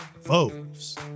Foes